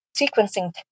sequencing